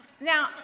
Now